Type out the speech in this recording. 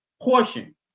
portion